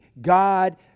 God